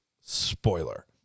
spoiler